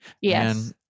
Yes